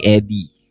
Eddie